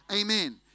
Amen